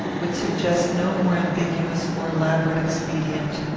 would suggest no more ambiguous or elaborate expedient.